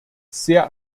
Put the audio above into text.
sehr